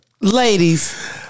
Ladies